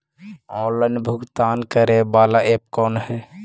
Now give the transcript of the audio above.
Online भुगतान करे बाला ऐप कौन है?